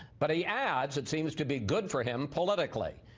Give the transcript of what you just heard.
but he adds it seems to be good for him politically.